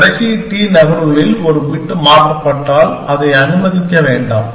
கடைசி T நகர்வுகளில் ஒரு பிட் மாற்றப்பட்டால் அதை அனுமதிக்க வேண்டாம்